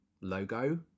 logo